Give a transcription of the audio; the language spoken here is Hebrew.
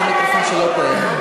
זה מיקרופון שלא פועל.